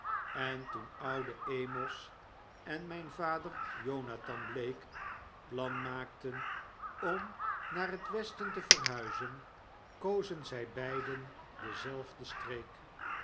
en toen oude amos en mp vader jonathan blake plan maakten om naar het westen te verhuizen kozen zy beiden dezelfde streek